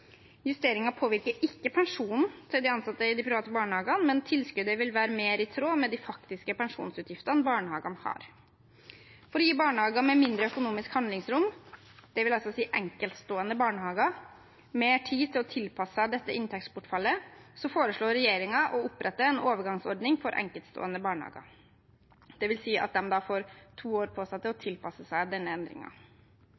påvirker ikke pensjonen til de ansatte i de private barnehagene, men tilskuddet vil være mer i tråd med de faktiske pensjonsutgiftene barnehagene har. For å gi barnehager med mindre økonomisk handlingsrom – det vil altså si enkeltstående barnehager – mer tid til å tilpasse seg dette inntektsbortfallet foreslår regjeringen å opprette en overgangsordning for enkeltstående barnehager, dvs. at de da får to år på seg til å